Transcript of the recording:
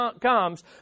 comes